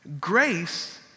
Grace